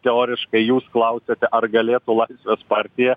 teoriškai jūs klausiate ar galėtų laisvės partija